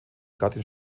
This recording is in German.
gattin